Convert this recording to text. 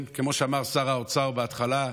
כן, כמו שאמר שר האוצר בהתחלה,